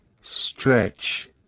stretch